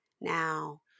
now